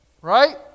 right